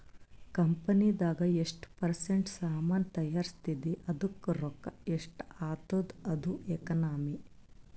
ಕಂಪನಿದಾಗ್ ಎಷ್ಟ ಪರ್ಸೆಂಟ್ ಸಾಮಾನ್ ತೈಯಾರ್ಸಿದಿ ಅದ್ದುಕ್ ರೊಕ್ಕಾ ಎಷ್ಟ ಆತ್ತುದ ಅದು ಎಕನಾಮಿ